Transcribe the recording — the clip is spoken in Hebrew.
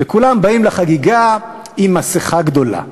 וכולם באים לחגיגה עם מסכה גדולה: